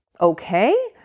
okay